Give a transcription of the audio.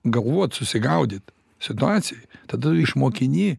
galvot susigaudyt situacijoj tada išmokini